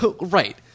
Right